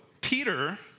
Peter